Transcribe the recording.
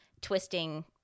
twisting